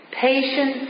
patience